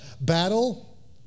battle